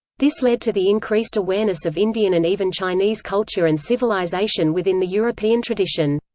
this led to the increased awareness of indian and even chinese culture and civilization within the european tradition.